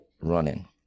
running